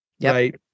right